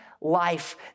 life